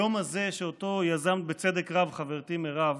היום הזה, שאותו יזמה בצדק רב חברתי מירב,